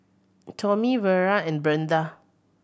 Tommie Vera and Brinda